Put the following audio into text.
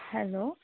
hello